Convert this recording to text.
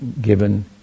given